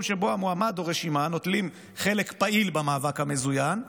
שבו המועמד או הרשימה נוטלים חלק פעיל במאבק מזוין",